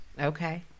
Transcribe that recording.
Okay